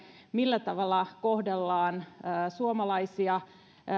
millä tavalla kohdellaan suomalaisia